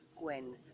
Gwen